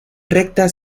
recta